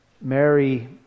Mary